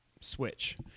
Switch